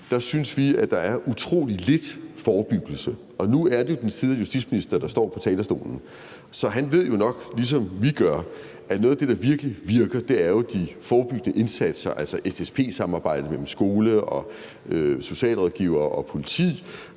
synes vi, der er utrolig lidt forebyggelse. Nu er det den tidligere justitsminister, der står på talerstolen, så han ved jo godt, ligesom vi gør, at noget af det, der virkelig virker, er de forebyggende indsatser, altså SSP-samarbejdet mellem skole og socialrådgivere og politiet